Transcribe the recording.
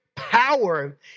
Power